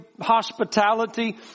hospitality